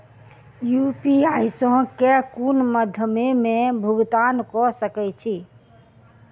UPI सऽ केँ कुन मध्यमे मे भुगतान कऽ सकय छी?